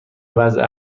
وضع